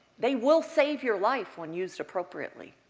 they will save your life when used appropriately.